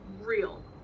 real